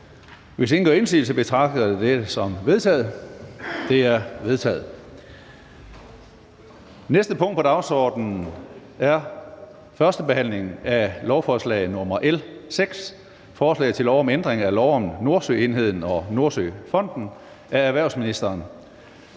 Hvis ingen gør indsigelse, betragter jeg dette som vedtaget. Det er vedtaget. --- Det næste punkt på dagsordenen er: 7) 1. behandling af lovforslag nr. L 6: Forslag til lov om ændring af lov om Nordsøenheden og Nordsøfonden. (Deltagelse